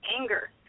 anger